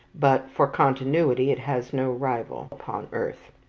but for continuity it has no rival upon earth.